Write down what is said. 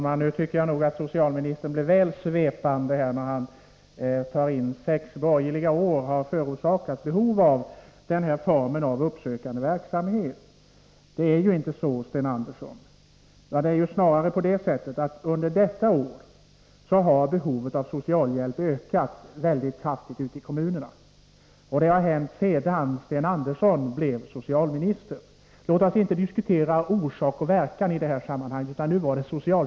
Herr talman! Jag tycker att socialministern blev väl svepande när han påstod att sex borgerliga regeringsår har förorsakat behov av denna form av uppsökande verksamhet. Det är ju inte så, Sten Andersson, utan snarare på det sättet att behovet av socialhjälp i år har ökat mycket kraftigt ute i kommunerna. Detta har hänt sedan Sten Andersson blev socialminister. Behovet av socialhjälp har sannerligen inte minskat sedan 1982.